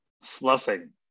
fluffing